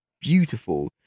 beautiful